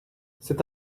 c’est